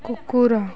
କୁକୁର